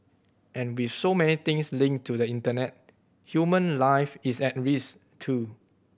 and with so many things linked to the Internet human life is at risk too